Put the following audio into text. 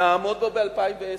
נעמוד בו ב-2010.